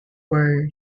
were